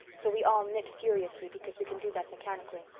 so we all knit furiously, because we can do that mechanically.